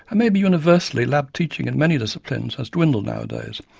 and maybe universally, lab teaching in many disciplines has dwindled nowadays,